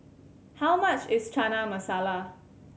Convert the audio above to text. how much is Chana Masala